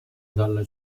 dalla